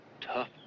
Tough